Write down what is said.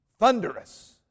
Thunderous